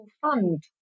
fund